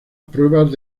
pruebas